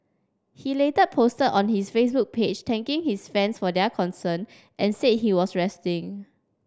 he later posted on his Facebook page thanking his fans for their concern and said he was resting